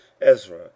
Ezra